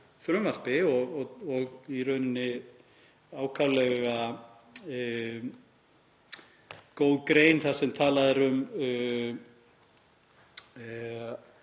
II. kafla er í rauninni ákaflega góð grein þar sem talað er um